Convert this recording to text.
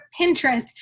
Pinterest